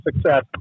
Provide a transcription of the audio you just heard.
success